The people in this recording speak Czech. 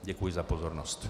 Děkuji za pozornost.